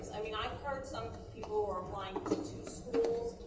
i mean i've heard some people are applying to two schools